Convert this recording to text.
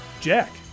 Jack